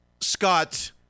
Scott